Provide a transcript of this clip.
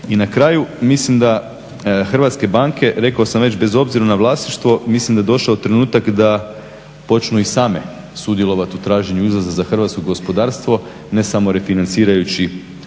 I na kraju, mislim da hrvatske banke, rekao sam već bez obzira na vlasništvo, mislim da je došao trenutak da počnu i same sudjelovati u traženju izlaza za hrvatsko gospodarstvo, ne samo refinancirajući